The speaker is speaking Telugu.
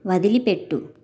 వదిలిపెట్టు